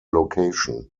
location